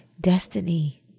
destiny